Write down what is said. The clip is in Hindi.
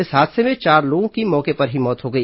इस हादसे में चार लोगों की मौके पर ही मौत हो गई